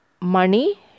money